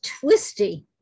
twisty